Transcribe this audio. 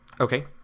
Okay